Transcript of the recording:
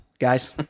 Guys